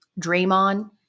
Draymond